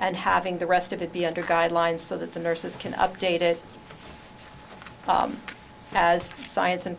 and having the rest of it be under guidelines so that the nurses can update it as science